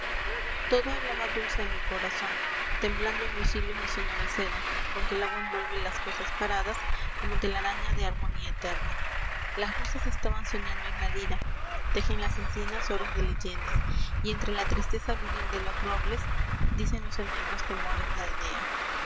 todo hablaba dulce a mi corazón temblando en los hilos de sonora seda con que el agua envuelve las cosas paradas como telaraña de harmonía eterna las rosas estaban soñando en la lira tejen las encinas oros de leyendas y entre la tristeza viril de los robles dicen los enebros temores de aldea